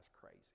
crazy